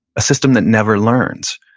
a system that never learns,